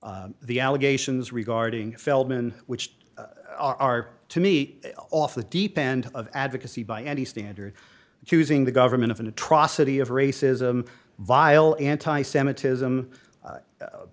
brief the allegations regarding feldman which are to me off the deep end of advocacy by any standard accusing the government of an atrocity of racism vile anti semitism